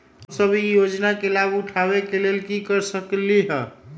हम सब ई योजना के लाभ उठावे के लेल की कर सकलि ह?